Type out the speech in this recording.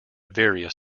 various